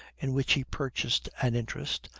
in which he purchased an interest,